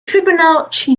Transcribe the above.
fibonacci